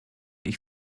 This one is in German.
ich